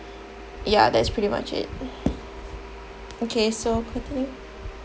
ya that's pretty much it okay so continue